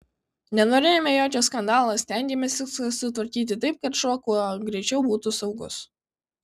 nenorėjome jokio skandalo stengėmės viską sutvarkyti taip kad šuo kuo greičiau būtų saugus